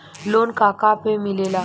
Loan का का पे मिलेला?